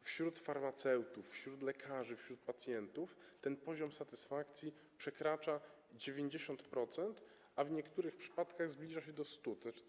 wśród farmaceutów, wśród lekarzy, wśród pacjentów ten poziom satysfakcji przekracza 90%, a w niektórych przypadkach zbliża się do 100%.